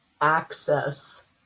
access